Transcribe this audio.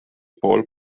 pool